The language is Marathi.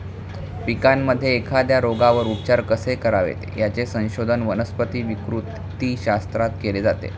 पिकांमध्ये एखाद्या रोगावर उपचार कसे करावेत, याचे संशोधन वनस्पती विकृतीशास्त्रात केले जाते